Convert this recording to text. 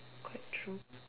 quite true